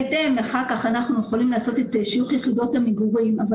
בהתאם אחר כך אנחנו יכולים לעשות את שיוך יחידות המגורים אבל